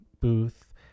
booth